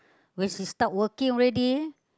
when she start working already